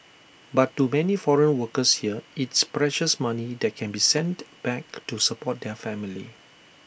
but to many foreign workers here it's precious money that can be sent back to support their family